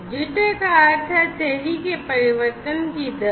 jitter का अर्थ है देरी के परिवर्तन की दर